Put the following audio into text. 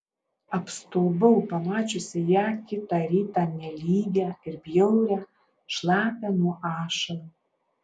apstulbau pamačiusi ją kitą rytą nelygią ir bjaurią šlapią nuo ašarų